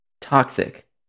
Toxic